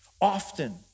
Often